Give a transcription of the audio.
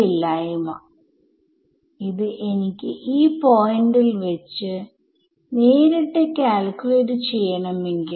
ഞാൻ second time ഡെറിവേറ്റീവിനെ ഏകദേശം കണക്കാക്കാൻ ശ്രമിക്കുകയാണ്